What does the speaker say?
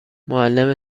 معلم